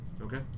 Okay